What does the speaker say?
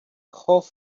called